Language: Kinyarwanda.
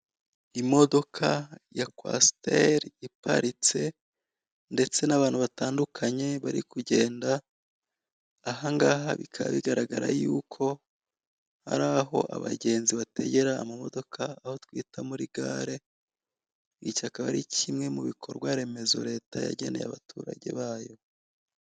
Imodoka ya kwasiteri iparitse, ndetse n'abantu batandukanye bari kugenda, ahangaha bikaba bigaragara yuko ari aho abagenzi bategera amamodoka, aho twita muri gare, iki akaba ari kimwe mu bikorwa remezo leta yageneye abaturage bayo.